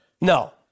No